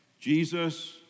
Jesus